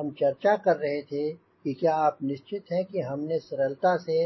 हम चर्चा कर रहे थे कि क्या आप निश्चित हैं कि हमने सरलता से